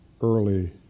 early